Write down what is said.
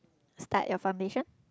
start your foundation